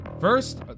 First